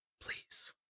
Please